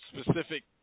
specific